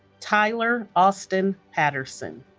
tyler austin patterson